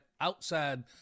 outside